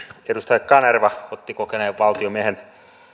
edustaja kanerva otti kokeneen valtiomiehen